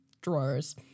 drawers